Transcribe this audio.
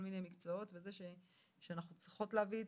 מיני מקצועות בזה שאנחנו צריכות להבין,